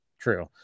True